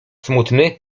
smutny